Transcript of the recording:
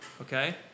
okay